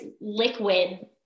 liquid